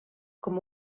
com